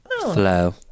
Flow